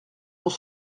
pour